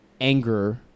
anger